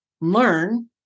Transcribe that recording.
learn